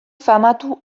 famatu